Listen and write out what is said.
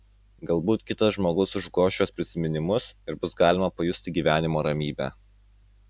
galbūt kitas žmogus užgoš šiuos prisiminimus ir bus galima pajusti gyvenimo ramybę